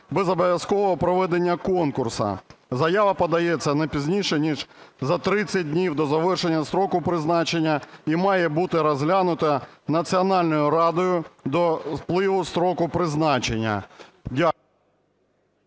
без обов'язкового проведення конкурсу (заява подається не пізніше ніж за 30 днів до завершення строку призначення і має бути розглянута Національною радою до спливу строку призначення)". Дякую.